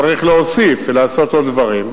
צריך להוסיף ולעשות עוד דברים.